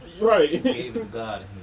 Right